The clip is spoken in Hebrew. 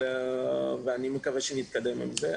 אני מקווה שנתקדם עם זה.